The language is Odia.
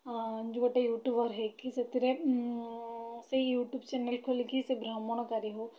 ଯେଉଁ ଗୋଟେ ୟୁଟ୍ୟୁବର୍ ହୋଇକି ସେଥିରେ ସେହି ୟୁଟ୍ୟୁବ୍ ଚ୍ୟାନେଲ୍ ଖୋଲିକି ସେ ଭ୍ରମଣକାରୀ ହେଉ